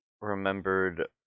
remembered